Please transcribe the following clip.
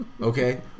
Okay